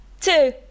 two